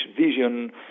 vision